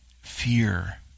fear